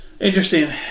Interesting